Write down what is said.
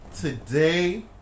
today